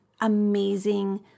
amazing